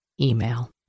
email